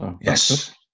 Yes